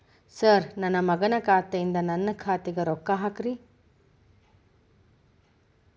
sir ನನ್ನ ಮಗನ ಖಾತೆ ಯಿಂದ ನನ್ನ ಖಾತೆಗ ರೊಕ್ಕಾ ಹಾಕ್ರಿ